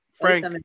Frank